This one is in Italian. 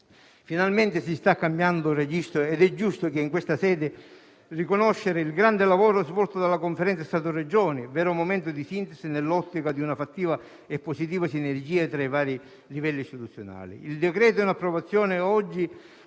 Finalmente si sta cambiando registro ed è giusto in questa sede riconoscere il grande lavoro svolto dalla Conferenza Stato-Regioni, vero momento di sintesi nell'ottica di una fattiva e positiva sinergia tra i vari livelli istituzionali. Il decreto in conversione oggi